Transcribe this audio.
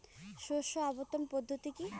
শস্য আবর্তন পদ্ধতি কি?